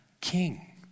king